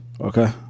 Okay